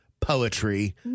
poetry